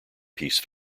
piece